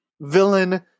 villain